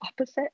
opposite